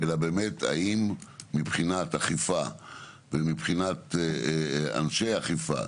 אלא באמת האם מבחינת אכיפה ומבחינת אנשי אכיפה,